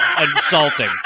insulting